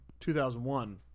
2001